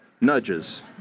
nudges